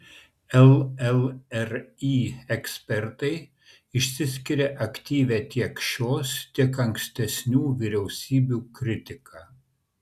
llri ekspertai išsiskiria aktyvia tiek šios tiek ankstesnių vyriausybių kritika